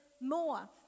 more